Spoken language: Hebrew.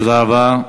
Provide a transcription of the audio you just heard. תודה רבה.